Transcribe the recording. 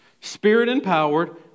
spirit-empowered